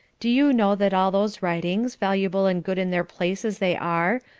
do you know that all those writings, valuable and good in their place as they are,